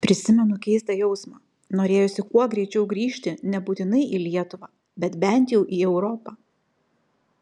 prisimenu keistą jausmą norėjosi kuo greičiau grįžti nebūtinai į lietuvą bet bent jau į europą